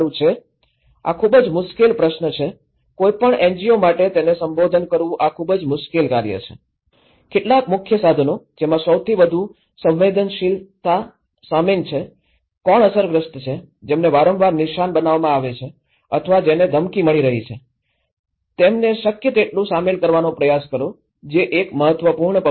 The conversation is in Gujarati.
આ ખૂબ જ મુશ્કેલ પ્રશ્ન છે કોઈ પણ એનજીઓ માટે તેને સંબોધન કરવું આ ખૂબ મુશ્કેલ કાર્ય છે કેટલાક મુખ્ય સાધનો જેમાં સૌથી વધુ સંવેદનશીલ શામેલ છે કોણ અસરગ્રસ્ત છે જેમને વારંવાર નિશાન બનાવવામાં આવે છે અથવા જેને ધમકી મળી રહી છે તેમને શક્ય તેટલું શામેલ કરવાનો પ્રયાસ કરો જે એક મહત્વપૂર્ણ પગલું છે